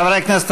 חברי הכנסת,